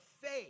faith